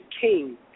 King